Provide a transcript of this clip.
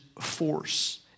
force